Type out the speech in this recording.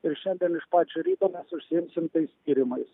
ir šiandien iš pačio ryto mes užsiimsim tais tyrimais